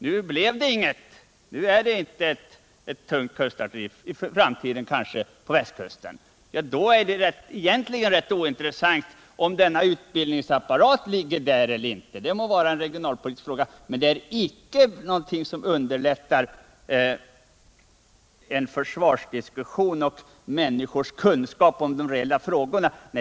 Nu blir det kanske inte något tungt kustartilleri på västkusten. Och då är det egentligen ointressant om denna utbildningsapparat ligger där eller inte. Det må vara en regionalpolitiskt intressant fråga, men det är icke någonting som vare sig underlättar eller försvårar försvarsdiskussionen och människors kunskaper om de reella frågorna.